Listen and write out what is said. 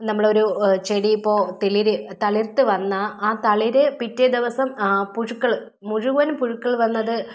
നമ്മളൊരു ചെടി ഇപ്പോൾ തളിർ തളിർത്ത് വന്നാൽ ആ തളിർ പിറ്റേ ദിവസം പുഴുക്കൾ മുഴുവൻ പുഴുക്കൾ വന്നത്